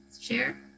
share